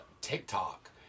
TikTok